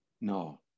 No